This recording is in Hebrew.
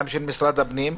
גם של משרד הפנים.